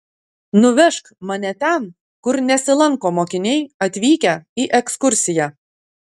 nuvežk mane ten kur nesilanko mokiniai atvykę į ekskursiją